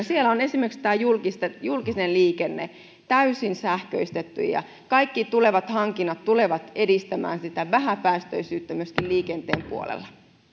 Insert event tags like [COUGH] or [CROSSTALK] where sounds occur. [UNINTELLIGIBLE] siellä on esimerkiksi tämä julkinen liikenne täysin sähköistetty ja kaikki tulevat hankinnat tulevat edistämään vähäpäästöisyyttä myöskin liikenteen puolella